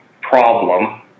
problem